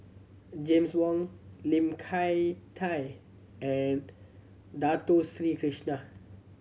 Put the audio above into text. James Wong Lim Hak Tai and Dato Sri Krishna